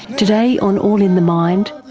today on all in the mind,